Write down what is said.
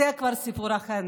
זה כבר סיפור אחר.